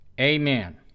Amen